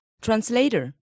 Translator